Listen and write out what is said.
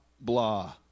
blah